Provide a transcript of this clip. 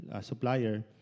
supplier